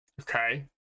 Okay